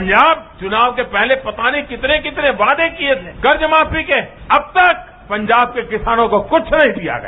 पंजाब चुनाव से पहले पता नहीं कितने कितने वादे किए थे कर्ज माफी को अब तक पंजाब के किसानों को कुछ नहीं दिया गया